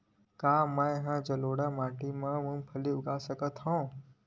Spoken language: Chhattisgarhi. का मैं जलोढ़ माटी म मूंगफली उगा सकत हंव?